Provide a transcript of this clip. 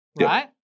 right